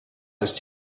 ist